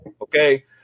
Okay